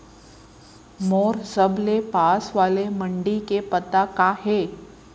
मोर सबले पास वाले मण्डी के पता का हे?